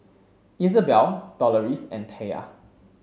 Izabelle Doloris and Taya